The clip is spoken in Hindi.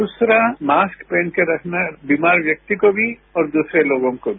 दूसरा मास्क पहनकर रखना बीमार व्यक्ति को भी और दूसरे लोगों को भी